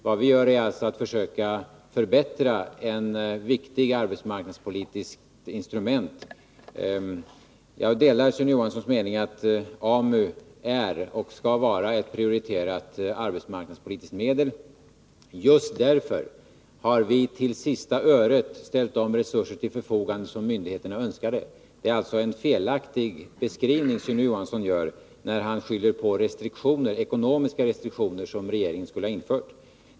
Vad vi gör är alltså att försöka förbättra ett viktigt arbetsmarknadspolitiskt instrument. Jag delar Sune Johanssons uppfattning att AMU är och skall vara ett prioriterat arbetsmarknadspolitiskt medel. Just därför har vi till sista öret ställt de resurser till förfogande som myndigheterna önskade. Det är alltså en felaktig beskrivning Sune Johansson gör när han skyller på ekonomiska restriktioner som regeringen skulle ha infört.